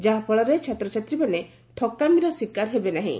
ଯାହାଫଳରେ ଛାତ୍ରଛାତ୍ରୀମାନେ ଠକାମିର ଶିକାର ହେବେ ନାହିଁ